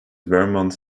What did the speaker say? vermont